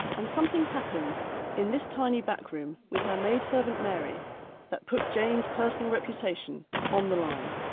and something happened in this tiny backroom with her maid servant mary that put jane's personal reputation on the line.